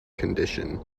condition